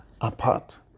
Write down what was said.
apart